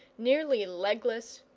nearly legless,